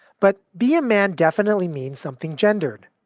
but be a man definitely means something gendered.